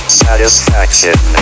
satisfaction